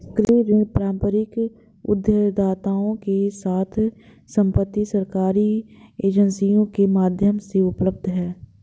कृषि ऋण पारंपरिक उधारदाताओं के साथ समर्पित सरकारी एजेंसियों के माध्यम से उपलब्ध हैं